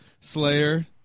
Slayer